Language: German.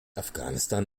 afghanistan